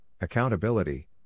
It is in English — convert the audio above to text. Accountability